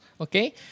okay